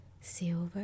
silver